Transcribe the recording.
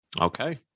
Okay